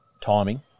timing